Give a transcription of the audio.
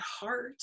heart